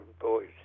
boys